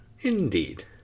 Indeed